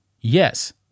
Yes